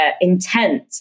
intent